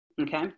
Okay